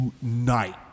tonight